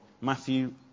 Matthew